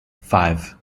five